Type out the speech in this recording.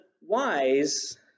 wise